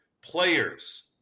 players